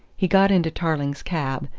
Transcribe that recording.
he got into tarling's cab,